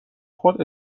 خود